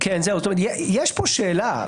יש פה שאלה.